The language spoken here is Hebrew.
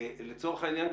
לצורך העניין,